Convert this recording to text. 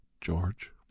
George